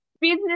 business